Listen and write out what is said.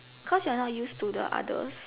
cause you're not used to the others